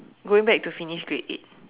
going back to finish grade eight